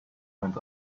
went